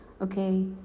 okay